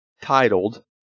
titled